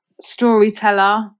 storyteller